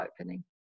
opening